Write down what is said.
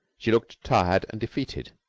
she looked tired and defeated.